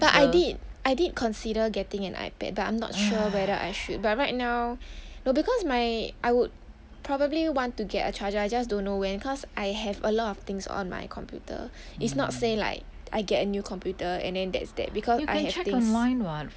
but I did I did consider getting an ipad but I'm not sure whether I should but right now no because my I would probably want to get a charger I just don't know when cause I have a lot of things on my computer is not say like I get a new computer and then that's that because at thi~